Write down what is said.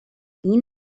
این